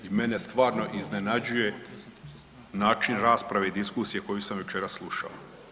I mene stvarno iznenađuje način rasprave i diskusije koju sam večeras slušao.